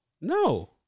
No